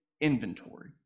inventory